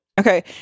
okay